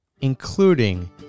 including